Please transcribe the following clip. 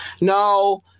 No